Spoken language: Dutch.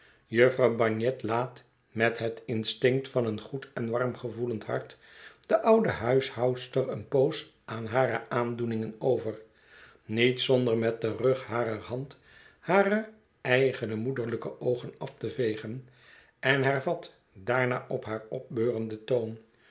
jufvrouw bagnet laat met het instinct van een goed en warm gevoelend hart de oude huishoudster eene poos aan hare aandoeningen over niet zonder met den rug harer hand hare eigene moederlijke oogen af te vegen en hervat daarna op haar opbeurenden toon